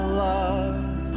love